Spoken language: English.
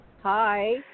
Hi